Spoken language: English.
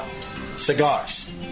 Cigars